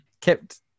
kept